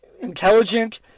intelligent